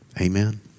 Amen